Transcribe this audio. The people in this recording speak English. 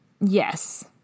yes